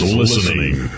listening